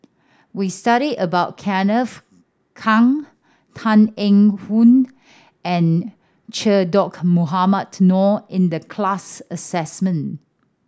we studied about Kenneth Keng Tan Eng Hoon and Che Dah Mohamed Noor in the class assignment